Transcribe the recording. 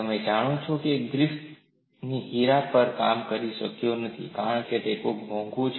તમે જાણો છો કે ગ્રિફિથ હીરા પર કામ કરી શક્યો નહીં કારણ કે તે ખૂબ મોંઘું છે